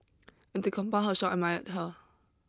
and to compound her shock admired her